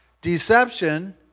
Deception